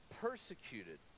persecuted